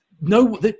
No